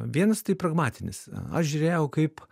vienas tai pragmatinis a aš žiūrėjau kaip